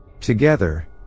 Together